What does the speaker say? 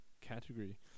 category